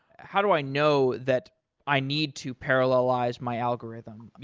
how do i know that i need to parallelize my algorithm?